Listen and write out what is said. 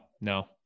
no